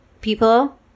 People